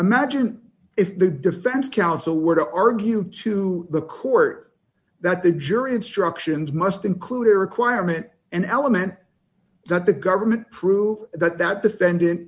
imagine if the defense counsel were to argue to the court that the jury instructions must include a requirement an element that the government prove that that defend